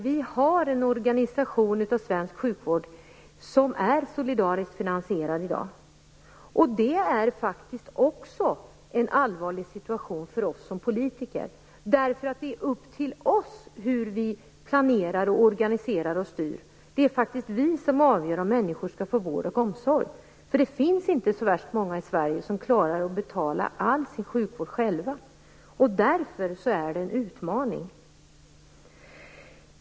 Vi har en organisation i svensk sjukvård som är solidariskt finansierad i dag. Det är faktiskt också en allvarlig situation för oss som politiker, eftersom det är upp till oss hur vi planerar, organiserar och styr. Det är faktiskt vi som avgör om människor skall få vård och omsorg. Det finns inte så värst många i Sverige som klarar att betala all sin sjukvård själva. Därför är detta en utmaning.